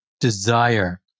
desire